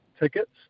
tickets